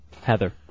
Heather